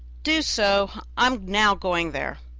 do so, i am now going there.